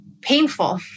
painful